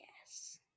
Yes